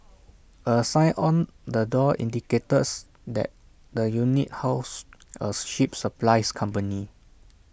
A sign on the door indicates that the unit housed A ship supplies company